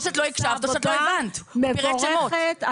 עבודה מבורכת.